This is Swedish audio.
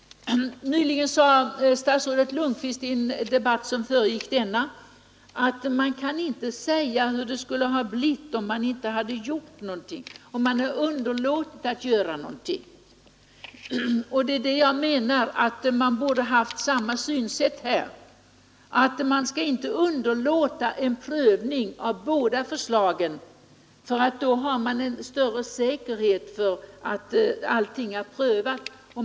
Nyligen sade statsrådet Lundkvist i en debatt som föregick denna, att om man underlåtit att göra en prövning, kan man sedan inte säga hur det skulle ha blivit. Jag menar att man borde ha begagnat samma synsätt här. Man skall inte underlåta att göra en prövning av båda förslagen, eftersom man därigenom ju får en större säkerhet för att allting är prövat.